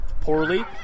poorly